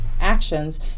actions